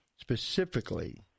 specifically